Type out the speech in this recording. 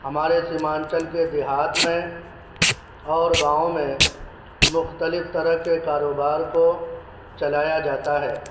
ہمارے سیمانچل کے دیہات میں اور گاؤں میں مختلف طرح کے کاروبار کو چلایا جاتا ہے